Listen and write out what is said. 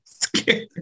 scared